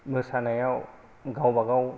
मोसानायाव गावबागाव